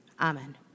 Amen